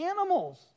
animals